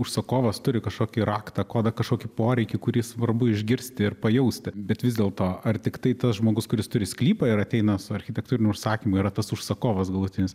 užsakovas turi kažkokį raktą kodą kažkokį poreikį kurį svarbu išgirsti ir pajausti bet vis dėlto ar tiktai tas žmogus kuris turi sklypą ir ateina su architektūriniu užsakymu yra tas užsakovas galutinis